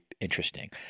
interesting